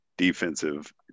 defensive